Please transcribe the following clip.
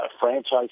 franchise